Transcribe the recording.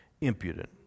impudent